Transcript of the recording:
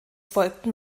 folgten